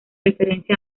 referencia